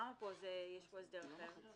למה פה יש הסדר אחר?